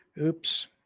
Oops